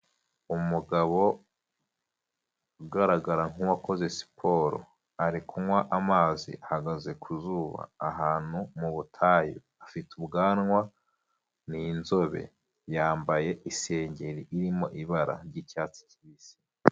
Umugabo ugaragara nk'uwakoze siporo, ari kunywa amazi, ahagaze ku zuba, ahantu mu butayu, afite ubwanwa, ni inzobe, yambaye isengeri irimo ibara ry'icyatsi kibisi.